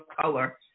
color